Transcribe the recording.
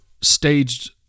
staged